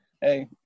hey